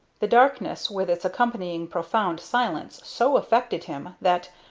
the darkness, with its accompanying profound silence, so affected him that,